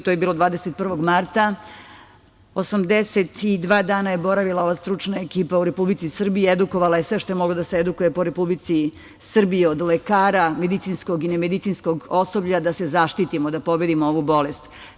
To je bilo 21. marta, 82 dana je boravila stručna ekipa u Republici Srbiji, edukovala je sve što je moglo da se edukuje po Republici Srbiji od lekara, medicinskog osoblja, da se zaštitimo od ove bolesti.